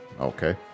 okay